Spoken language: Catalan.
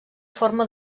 forma